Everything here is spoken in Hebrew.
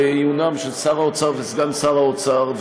לעיונם של שר האוצר וסגן שר האוצר,